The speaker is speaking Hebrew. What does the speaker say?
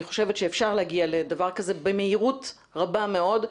חושבת שאפשר להגיע לדבר כזה במהירות רבה מאוד.